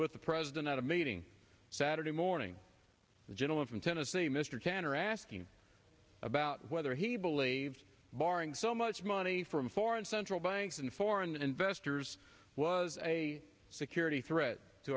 with the president at a meeting saturday morning the gentleman from tennessee mr tanner asking about whether he believed barring so much money from foreign central banks and foreign investors was a security threat to